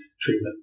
treatment